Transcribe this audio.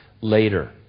later